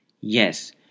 Yes